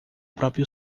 próprio